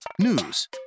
News